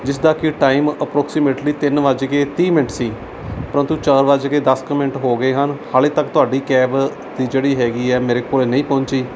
ਜਿਸਦਾ ਕਿ time approximately ਤਿੰਨ ਵੱਜ ਕੇ ਤੀਹ ਮਿੰਟ ਸੀ ਪ੍ਰੰਤੂ ਚਾਰ ਵੱਜ ਕੇ ਦਸ ਕੁ ਮਿੰਟ ਹੋ ਗਏ ਹਨ ਹਾਲੇ ਤੱਕ ਤੁਹਾਡੀ ਕੈਬ ਦੀ ਜਿਹੜੀ ਹੈਗੀ ਹੈ ਮੇਰੇ ਕੋਲ਼ ਨਹੀਂ ਪਹੁੰਚੀ